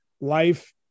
life